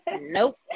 nope